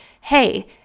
Hey